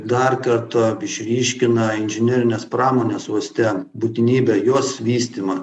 dar kartą išryškina inžinerinės pramonės uoste būtinybę juos vystymą